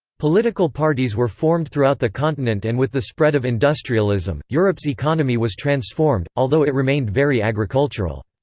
political parties were formed throughout the continent and with the spread of industrialism, europe's economy was transformed, although it remained very agricultural.